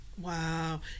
Wow